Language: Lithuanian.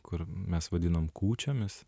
kur mes vadinam kūčiomis